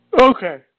Okay